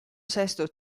sesto